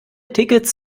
tickets